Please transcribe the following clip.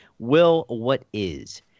WillWhatIs